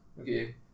Okay